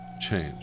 change